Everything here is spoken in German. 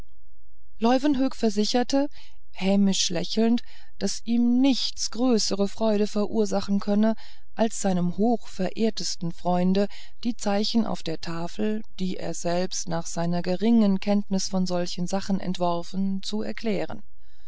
leuwenhoek versicherte hämisch lächelnd daß ihm nichts größere freude verursachen könne als seinem hochverehrtesten freunde die zeichen auf der tafel die er selbst nach seiner geringen kenntnis von solchen sachen entworfen zu erklären